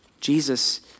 Jesus